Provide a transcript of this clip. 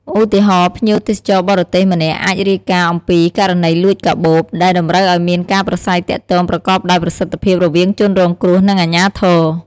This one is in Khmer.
ឧទាហរណ៍ ភ្ញៀវទេសចរបរទេសម្នាក់អាចរាយការណ៍អំពី ករណីលួចកាបូប ដែលតម្រូវឱ្យមានការប្រាស្រ័យទាក់ទងប្រកបដោយប្រសិទ្ធភាពរវាងជនរងគ្រោះ និងអាជ្ញាធរ។